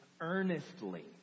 earnestly